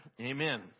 Amen